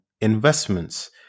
investments